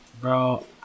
Bro